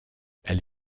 elle